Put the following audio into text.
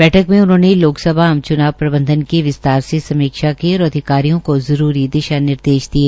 बैठक में उन्होंने लोकसभा आम च्नाव प्रबंधन की विस्तार से समीक्षा की और अधिकारियों को जरूरी दिशा निर्देश दिए